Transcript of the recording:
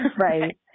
right